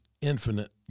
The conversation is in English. infinite